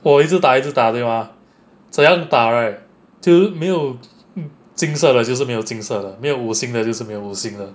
我一直打一直打 ah 没有啊怎样打 right 就是金色的就是没有金色的没有五星的就是没有五星的